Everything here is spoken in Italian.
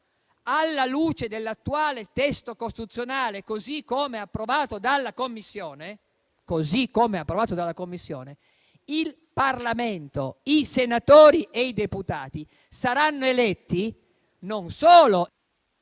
alla luce dell'attuale testo costituzionale, così come approvato dalla Commissione, il Parlamento, i senatori e i deputati, saranno eletti non solo in conseguenza del